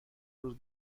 روز